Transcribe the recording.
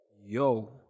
Yo